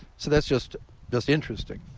so that's just just interesting.